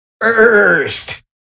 first